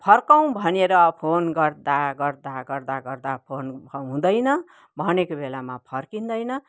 फर्काउँ भनेर फोन गर्दा गर्दा गर्दा गर्दा फोन हुँदैन भनेको बेलामा फर्किँदैन